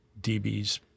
dBs